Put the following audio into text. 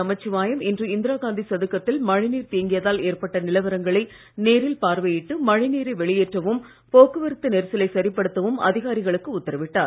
நமச்சிவாயம் இன்று இந்திரா காந்தி சதுக்கத்தில் மழைநீர் தேங்கியதால் ஏற்பட்ட நிலவரங்களை நேரில் பார்வையிட்டு மழைநீரை வெளியேற்றவும் போக்குவரத்து நெரிசலை படுத்தவும் அதிகாரிகளுக்கு உத்தரவிட்டார்